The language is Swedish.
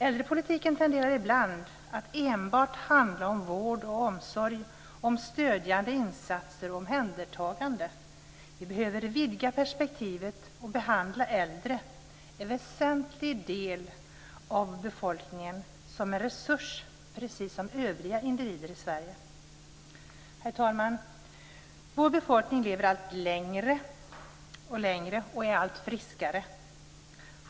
Äldrepolitiken tenderar ibland att enbart handla om vård och omsorg och om stödjande insatser och omhändertaganden. Vi behöver vidga perspektivet och behandla äldre, en väsentlig andel av befolkningen, som en resurs precis som övriga individer i Sverige. Herr talman! Vår befolkning lever allt längre och är allt friskare.